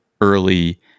early